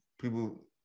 people